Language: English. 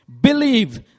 Believe